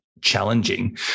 Challenging